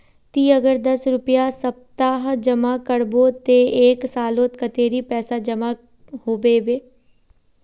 ती अगर दस रुपया सप्ताह जमा करबो ते एक सालोत कतेरी पैसा जमा होबे बे?